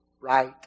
right